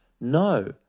No